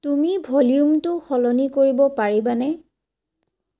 তুমি ভলিউমটো সলনি কৰিব পাৰিবানে